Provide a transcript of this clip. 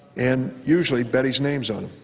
and usually betty's name is on